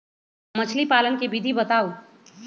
मछली पालन के विधि बताऊँ?